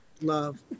love